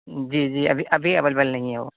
جی جی ابھی اویلیبل نہیں ہے وہ